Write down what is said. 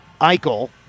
Eichel